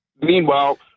Meanwhile